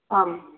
आं